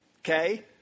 Okay